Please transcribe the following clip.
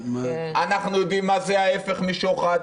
אנחנו יודעים מה זה ההפך משוחד.